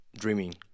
dreaming